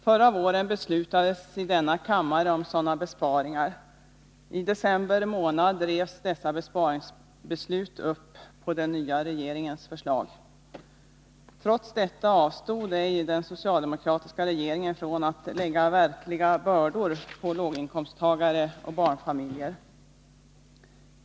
Förra våren beslutades i denna kammare om sådana besparingar, i december månad revs dessa besparingsbeslut upp på den nya regeringens förslag. Trots detta avstod ej den socialdemokratiska regeringen från att lägga verkliga bördor på låginkomsttagare och barnfamiljer.